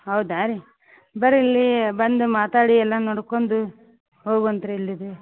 ಹೌದಾ ರೀ ಬರ್ರಿ ಇಲ್ಲೀ ಬಂದು ಮಾತಾಡಿ ಎಲ್ಲಾ ನೋಡ್ಕೊಂಡು ಹೋಗ್ವಂತೆ ರೀ ಇಲ್ಲಿದು